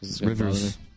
Rivers